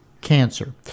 cancer